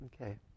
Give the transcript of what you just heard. Okay